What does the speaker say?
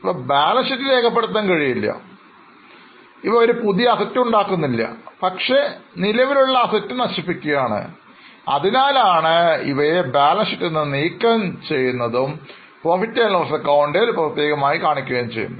ഇവ ബാലൻസ് ഷീറ്റിൽ രേഖപ്പെടുത്താൻ കഴിയില്ല എന്ന് ഓർക്കുക ഇവ പുതിയ Assets ഉണ്ടാക്കുന്നില്ല പക്ഷേ നിലവിലുള്ള Assets നശിപ്പിക്കുകയാണ് അതിനാലാണ് ഇവയെ ബാലൻസ് ഷീറ്റിൽ നിന്നും നീക്കം ചെയ്തതും PL ൽ പ്രത്യേകം കാണിക്കുകയും ചെയ്യുന്നത്